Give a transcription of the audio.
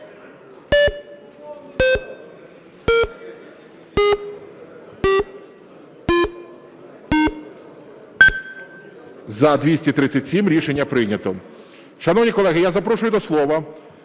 За-237 Рішення прийнято. Шановні колеги, я запрошую до слова